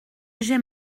j’ai